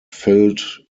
filled